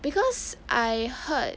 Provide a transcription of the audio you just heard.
because I heard